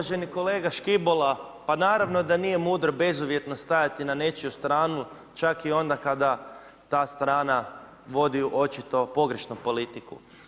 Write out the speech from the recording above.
Uvaženi kolega Škibola, pa naravno da nije mudro bezuvjetno stajati na nečiju stranu, čak i onda kada ta strana vodi očito pogrešno politiku.